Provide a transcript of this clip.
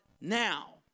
Now